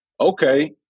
okay